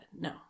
no